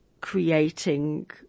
creating